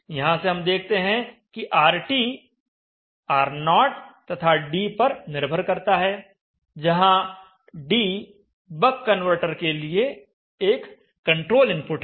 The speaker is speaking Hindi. यहां से हम देखते हैं कि RT R0 तथा d पर निर्भर करता है जहां d बक कन्वर्टर के लिए एक कंट्रोल इनपुट है